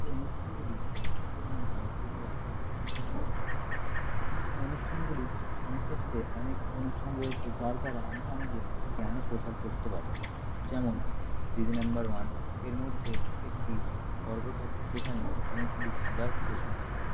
এই অনুষ্ঠানগুলি যথেষ্ট পরিমাণে জনপ্রিয়তা লাভ করেছে সকলের কাছেই এই অনুষ্ঠানগুলি অনেক ক্ষেত্রে অনেক অনুষ্ঠান রয়েছে যার দ্বারা আমরা আমাদের জ্ঞানও প্রসার করতে পারি যেমন দিদি নাম্বার ওয়ান এর মধ্যে একটি পর্ব থাকে যেখানে অনেকগুলি ধাঁধার প্রশ্ন থাকে